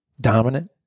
dominant